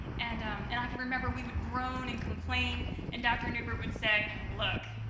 and um and i can remember we would groan and complain and dr. neubert would say, look,